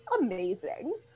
amazing